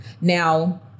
Now